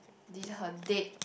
did her dead